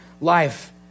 life